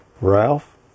Ralph